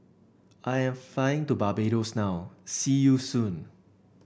I am flying to Barbados now see you soon